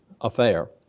affair